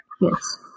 Yes